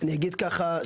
אני אגיד ככה,